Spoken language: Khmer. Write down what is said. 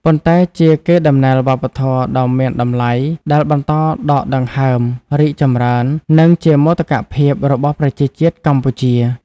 ប៉ុន្តែជាកេរដំណែលវប្បធម៌ដ៏មានតម្លៃដែលបន្តដកដង្ហើម រីកចម្រើន និងជាមោទកភាពរបស់ប្រជាជាតិកម្ពុជា។